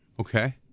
Okay